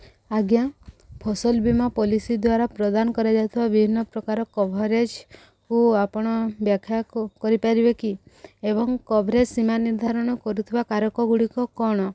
ଆଜ୍ଞା ଫସଲ ବୀମା ପଲିସି ଦ୍ଵାରା ପ୍ରଦାନ କରାଯାଉଥିବା ବିଭିନ୍ନପ୍ରକାର କଭରେଜ୍କୁ ଆପଣ ବ୍ୟାଖ୍ୟା କରିପାରିବେ କି ଏବଂ କଭରେଜ୍ ସୀମା ନିର୍ଦ୍ଧାରଣ କରୁଥିବା କାରକଗୁଡ଼ିକ କ'ଣ